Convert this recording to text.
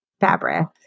fabric